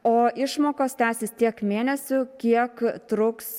o išmokos tęsis tiek mėnesių kiek truks